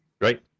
right